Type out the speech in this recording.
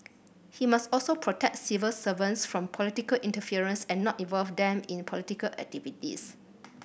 he must also protect civil servants from political interference and not involve them in political activities